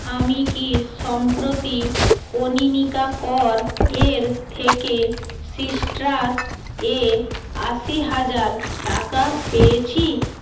আমি কি সম্প্রতি কনীনিকা কর এর থেকে সিট্রাস এ আশি হাজার টাকা পেয়েছি